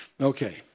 Okay